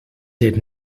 did